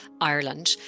Ireland